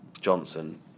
Johnson